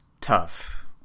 tough